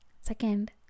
Second